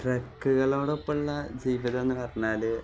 ട്രക്കുകളോടൊപ്പമുള്ള ജീവിതം എന്ന് പറഞ്ഞാൽ